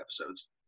episodes